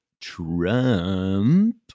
Trump